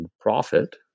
profit